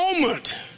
moment